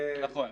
נכון.